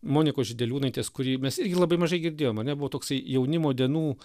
monikos žideliūnaitės kurį mes irgi labai mažai girdėjom ane buvo toksai jaunimo dienų